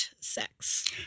sex